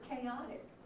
chaotic